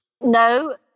no